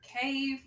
cave